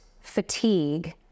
fatigue